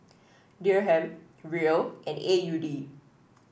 Dirham Riel and A U D